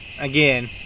Again